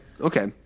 okay